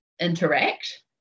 interact